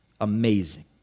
amazing